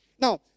Now